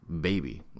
baby